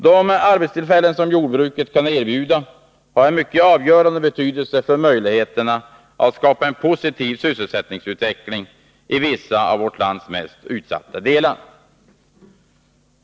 De arbetstillfällen som jordbruket kan erbjuda har en avgörande betydelse för möjligheterna att skapa en positiv sysselsättningsutveckling i vissa av vårt lands mest utsatta delar.